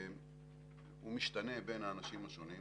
הוא משתנה בין האנשים השונים.